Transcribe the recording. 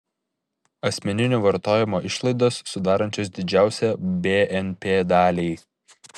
asmeninio vartojimo išlaidos sudarančios didžiausią bnp dalį